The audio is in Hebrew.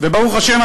וברוך השם,